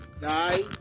die